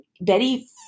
Betty